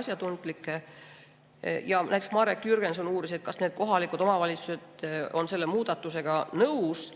asjatundlikke. Marek Jürgenson uuris, kas kohalikud omavalitsused on selle muudatusega nõus,